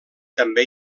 també